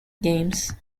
games